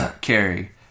Carrie